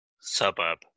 suburb